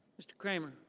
mr. kramer.